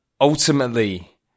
ultimately